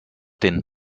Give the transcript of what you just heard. den